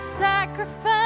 sacrifice